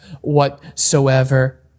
whatsoever